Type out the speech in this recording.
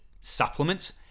supplements